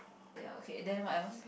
ya okay then what else